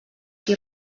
qui